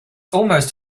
almost